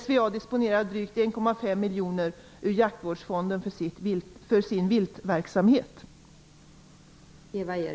SVA disponerar drygt 1,5 miljoner kronor ur